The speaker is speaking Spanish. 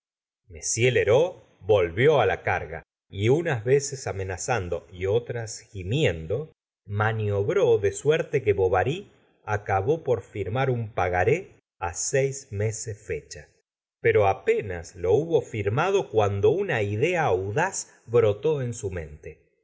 m lheureux volvió á la earga y unas veceoi amenazando y otras gimiendo maniobró de suerte que bovary acabó por firmar un pagaré á seis me ses fecha pero apenas lo hubo firmado cuando una idea audaz brotó en su mente